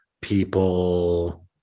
people